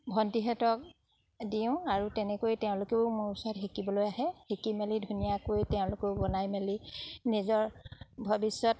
ভণ্টিহঁতক দিওঁ আৰু তেনেকৈ তেওঁলোকেও মোৰ ওচৰত শিকিবলৈ আহে শিকি মেলি ধুনীয়াকৈ তেওঁলোকেও বনাই মেলি নিজৰ ভৱিষ্যত